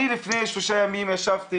לפני שלושה ימים אני ישבתי